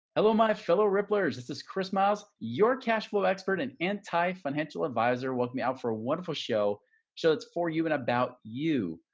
hello, my fellow ripplers! this is chris miles, your cash flow expert and anti-financial advisor. welcome you out for a wonderful show. show that's for you and about you.